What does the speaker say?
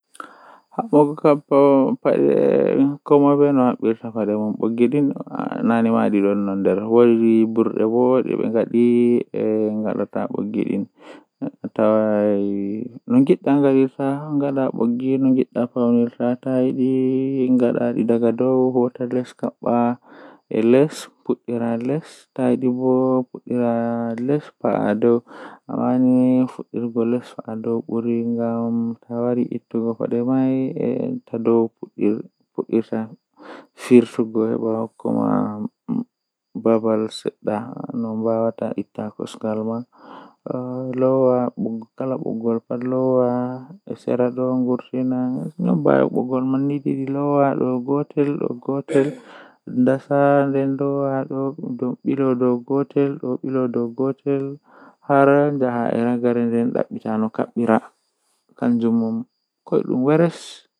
Ko buri vekugo am kam kanjum woni jahangal mi tokka yahugo wurooj feeer-feere mi fotta be himbe kesi kanjum buri welugo am.